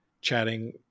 chatting